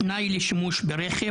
תנאי לשימוש ברכב,